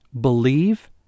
believe